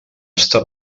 estar